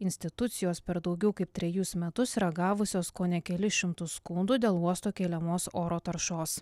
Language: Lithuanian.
institucijos per daugiau kaip trejus metus yra gavusios kone kelis šimtus skundų dėl uosto keliamos oro taršos